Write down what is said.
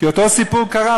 כי אותו סיפור קרה,